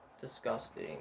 disgusting